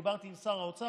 דיברתי עם שר האוצר,